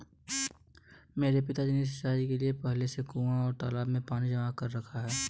मेरे पिताजी ने सिंचाई के लिए पहले से कुंए और तालाबों में पानी जमा कर रखा है